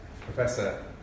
Professor